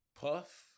Puff